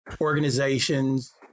organizations